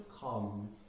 come